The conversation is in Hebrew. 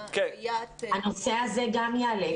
הנושא הזה גם יעלה.